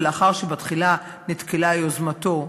ולאחר שבתחילה נתקלה יוזמתו,